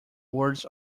words